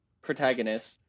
protagonist